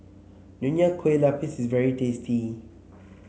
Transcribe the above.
Nonya Kueh Lapis is very tasty